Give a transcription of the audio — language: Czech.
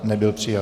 Nebyl přijat.